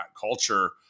culture